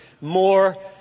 more